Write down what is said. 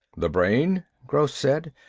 the brain? gross said.